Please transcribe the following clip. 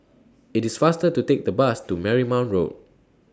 IT IS faster to Take The Bus to Marymount Road